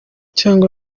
cyangwa